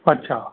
अछा